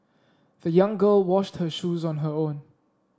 the young girl washed her shoes on her own